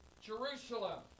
Jerusalem